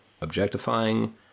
objectifying